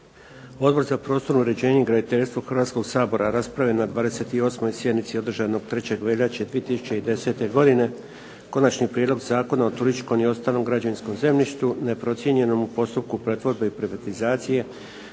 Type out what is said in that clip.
Odbor za prostorno uređenje i graditeljstvo Hrvatskog sabora raspravio je na 28. sjednici održanoj 3. veljače 2010. konačni prijedlog Zakona o turističkom i ostalom građevinskom zemljištu neprocijenjenom u postupku pretvorbe i privatizacije